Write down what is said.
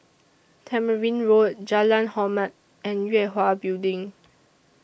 Tamarind Road Jalan Hormat and Yue Hwa Building